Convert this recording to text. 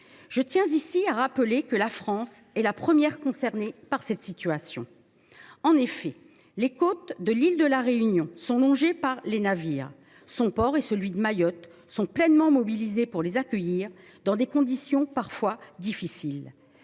Je tiens à rappeler que la France est la première concernée par cette situation. En effet, les côtes de l’île de La Réunion sont longées par les navires. Son port et celui de Mayotte sont pleinement mobilisés pour les accueillir, dans des conditions parfois difficiles.